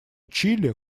чили